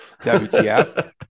WTF